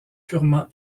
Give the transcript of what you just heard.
purement